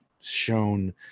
shown